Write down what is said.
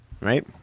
Right